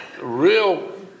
real